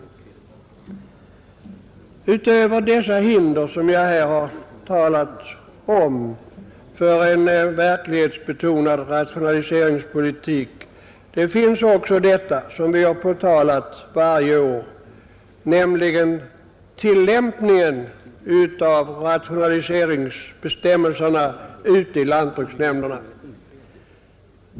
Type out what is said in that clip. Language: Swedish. Utöver de hinder som jag här har talat om för en verklighetsbetonad rationaliseringspolitik finns också detta, som vi har pekat på varje år, nämligen tillämpningen av rationaliseringsbestämmelserna ute i lantbruksnämnderna.